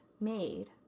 made